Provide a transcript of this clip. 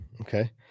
okay